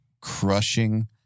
crushing